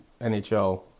NHL